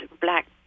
black